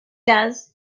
does